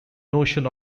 notion